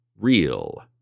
real